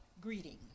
greeting